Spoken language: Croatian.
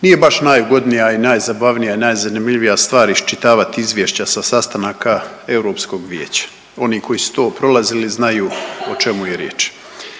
Nije baš najugodnija i najzabavnija i najzanimljivija stvar iščitavati izvješća sa sastanaka Europskog vijeća. Oni koji su to prolazili znaju o čemu je riječ.